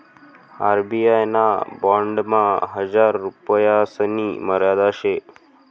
RBI ना बॉन्डमा हजार रुपयासनी मर्यादा शे